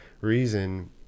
reason